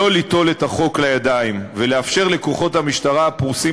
לא ליטול את החוק לידיים ולאפשר לכוחות המשטרה הפרוסים